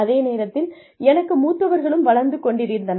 அதே நேரத்தில் எனக்கு மூத்தவர்களும் வளர்ந்து கொண்டிருந்தனர்